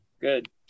Good